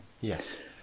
yes